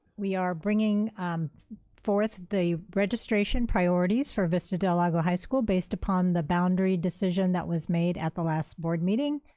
we are bringing forth the registration priorities for vista del lago high school based upon the boundary decision that was made at the last board meeting,